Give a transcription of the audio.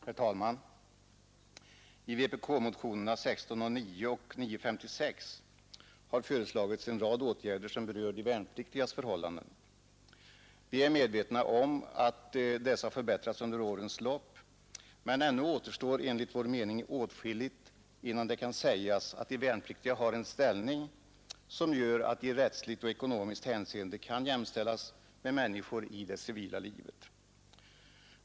Herr talman! I motionerna 1609 och 956 har föreslagits en rad åtgärder som berör de värnpliktigas förhållanden. Vi är medvetna om att dessa har förbättrats under årens lopp, men ännu återstår enligt vår mening åtskilligt innan det kan sägas att de värnpliktiga har en ställning som gör att de i rättsligt och ekonomiskt hänseende kan jämställas med människor i det civila livet.